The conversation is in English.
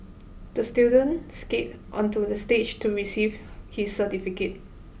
the student skated onto the stage to receive his certificate